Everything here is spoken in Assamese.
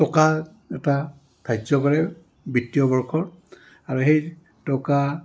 টকা এটা ধাৰ্য কৰে বিত্তীয়বৰ্ষৰ আৰু সেই টকা